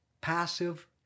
passive